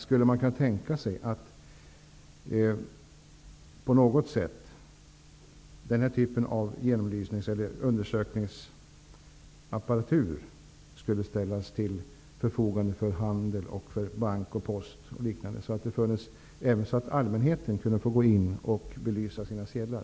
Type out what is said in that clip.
Skulle man kunna tänka sig att den här typen av undersökningsapparatur skulle kunna ställas till förfogande för handel, bank och post så att även allmänheten skulle kunna gå in och belysa sina sedlar?